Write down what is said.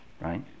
Right